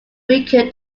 weaker